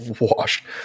washed